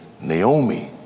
Naomi